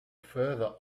further